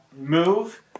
move